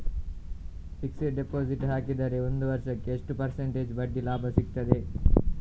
Fixed deposit ಹಾಕಿದರೆ ಒಂದು ವರ್ಷಕ್ಕೆ ಎಷ್ಟು ಪರ್ಸೆಂಟೇಜ್ ಬಡ್ಡಿ ಲಾಭ ಸಿಕ್ತದೆ?